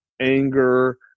anger